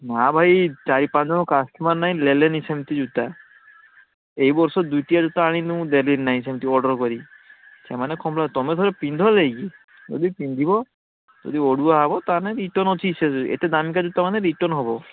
ନା ଭାଇ ଚାରି ପାଞ୍ଚଜଣ କଷ୍ଟମର୍ ନେ ଲେଲେନି ସେମିତି ଜୁତା ଏଇ ବର୍ଷ ଦୁଇଟିଆ ଜୁତା ଆଣିନୁଁ ଦେଲି ନାହିଁ ସେମିତି ଅର୍ଡ଼ର କରି ସେମାନେ କମ୍ ର ତମେ ଥରେ ପିନ୍ଧ ଯାଇକି ଯଦି ପିନ୍ଧିବ ଯଦି ଅଡ଼ୁଆ ହବ ତାହେନେ ରିଟର୍ଣ୍ଣ ଅଛି ସେ ଏତେ ଦାମିକିଆ ଜୁତା ମାନେ ରିଟର୍ଣ୍ଣ ହବ